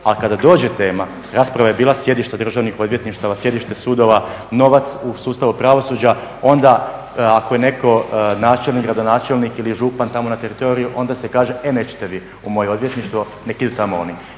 a kada dođe tema rasprava je bila sjedišta državnih odvjetništava, sjedišta sudova, novac u sustavu pravosuđa onda ako je netko načelnik, gradonačelnik ili župan tamo na teritoriju e onda se kaže nećete vi u moje odvjetništvo nek idu tamo onda.